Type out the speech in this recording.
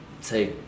say